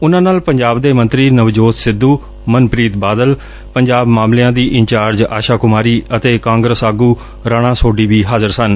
ਉਨੂਾਂ ਨਾਲ ਪੰਜਾਬ ਦੇ ਮੰਤਰੀ ਨਵਜੋਤ ਸਿੱਧੂ ਮਨਪ੍ੀਤ ਸਿੰਘ ਬਾਦਲ ਪੰਜਾਬ ਮਾਮਲਿਆਂ ਦੀ ਇੰਚਾਰਜ ਆਸ਼ਾ ਕੁਮਾਰੀ ਅਤੇ ਕਾਂਗਰਸ ਆਗੁ ਰਾਣਾ ਸੋਢੀ ਵੀ ਹਾਜ਼ਰ ਸਨ